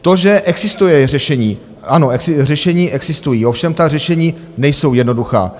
To, že existuje řešení ano, řešení existují, ovšem ta řešení nejsou jednoduchá.